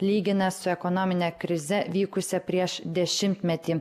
lygina su ekonomine krize vykusia prieš dešimtmetį